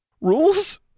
Rules